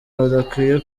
badakwiye